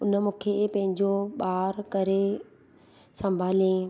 उन मूंखे पंहिंजो ॿारु करे सम्भालियईं